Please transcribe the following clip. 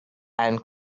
and